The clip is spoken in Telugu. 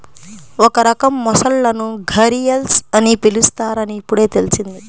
ఒక రకం మొసళ్ళను ఘరియల్స్ అని పిలుస్తారని ఇప్పుడే తెల్సింది